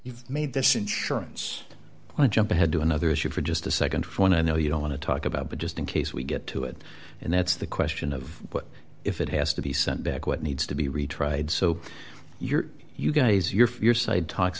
you've made this insurance one jump ahead to another issue for just a nd one i know you don't want to talk about but just in case we get to it and that's the question of what if it has to be sent back what needs to be retried so your you guys your side talks